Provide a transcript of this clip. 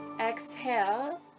Exhale